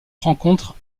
rencontre